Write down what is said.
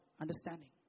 understanding